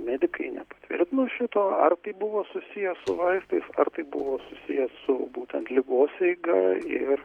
medikai nepatvirtino šito ar tai buvo susiję su vaistais ar tai buvo susiję su būtent ligos eiga ir